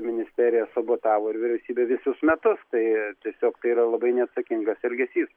ministerija sabotavo ir vyriausybė visus metus tai tiesiog tai yra labai neatsakingas elgesys